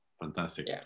Fantastic